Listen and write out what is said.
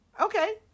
Okay